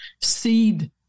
seed